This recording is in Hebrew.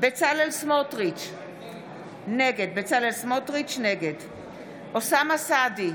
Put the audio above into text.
בצלאל סמוטריץ' נגד אוסאמה סעדי,